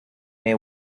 may